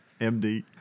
MD